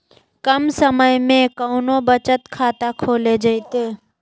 कम समय में कौन बचत खाता खोले जयते?